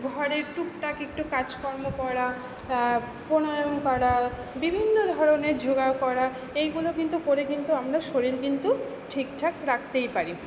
ঘরের টুকটাক একটু কাজকর্ম করা প্রাণায়াম করা বিভিন্ন ধরণের যোগা করা এইগুলো কিন্তু করে কিন্তু আমরা শরীর কিন্তু ঠিকঠাক রাখতেই পারি